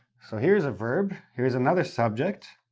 so here's a verb, here's another subject,